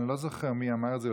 אני לא זוכר מי אמר את זה,